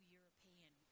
European